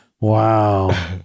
Wow